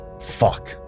Fuck